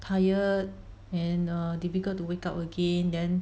tired and err difficult to wake up again then